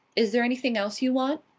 is there anything else you want?